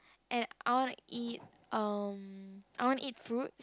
and I want to eat um I want to eat fruit